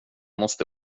måste